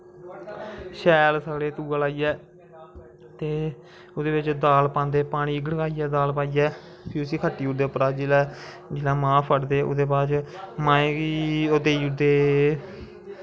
शैल सगले गी तुगा लाइयै ओह्दै बिच्च दाल पांदे बड़काेयै दाल पांदे फ्ही उस्सी खट्टी ओड़दे उप्परा दा जिसलै मांह् फड़दे माहें गी ओह् देई ओड़दे